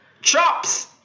chops